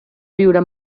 viure